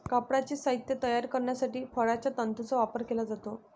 कापडाचे साहित्य तयार करण्यासाठी फळांच्या तंतूंचा वापर केला जातो